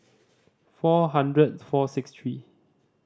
four hundred four six three